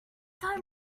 time